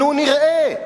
נו, נראה,